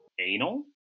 anal